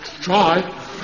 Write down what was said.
Try